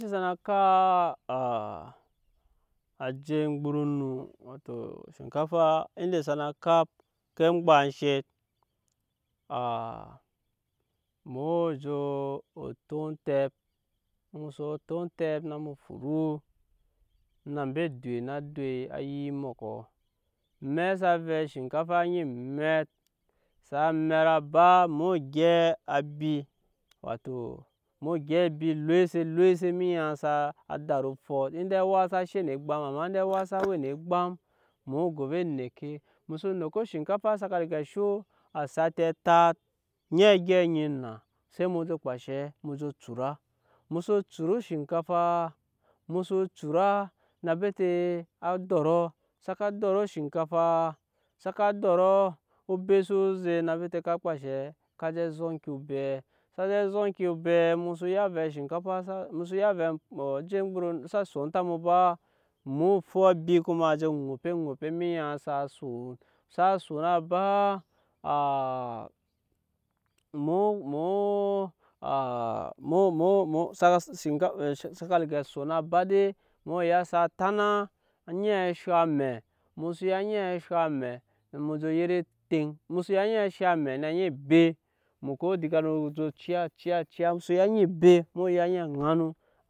a je oŋmgborɔ no wato shimka inda sana kap oŋke eŋmgbashe muo jo o totɛp mu soo totɛp na mu furu na ambe edoi á doi embɔkɔ, amɛk sa vɛɛ shinkaa eni mɛt a mɛt á ba emu woo gyɛp abi woto mu woo gyɛp abi loise loise emenya saa daru ofɔ indai awa saka she egbam amma indai awaa saka we ne egbam emu woo go ovɛ enɛke mu so nɛke shinkaa saka rigaya sho asati atat eni a gyɛp onyi enna se mu je kpa enshe mu je cura mu so cura oshinkafaa mu so cura na bete à dɔrɔ saka dɔrɔ oshinkafaa saka dɔrɔ obe soo zek na bete ka kpa enshɛ ka je zɔŋki obeɛ sa je zɔŋki obeɛ mu so ya vɛɛ shinkafa xsa mu xso ya vɛɛ shin ajei ŋmgbɔrɔ xsa sonta mu ba mu woo fu abi kuma je ŋope ŋope emenya saa son saa son a ba saka liga son a ba dei emu woo ya sa tana eni sho amɛ mu so ya eniɛ sho amɛ mu je yet eteŋ mu so ya eniɛ sho amɛna ni be mu ko dinga no je ciya ciya ciya mu soko ya eni be mu woo ya ni ŋanu.